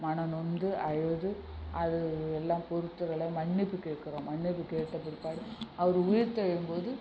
மனம் நொந்து அழுது அது எல்லாம் பொறுத்தருள மன்னிப்புக் கேட்கிறோம் மன்னிப்புக் கேட்ட பிற்பாடு அவர் உயிர்த்தெழும்போது